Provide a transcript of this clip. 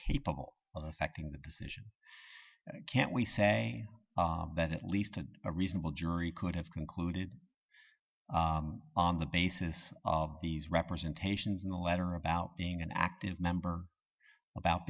capable of affecting the decision can't we say that at least had a reasonable jury could have concluded on the basis of these representations in the letter about being an active member about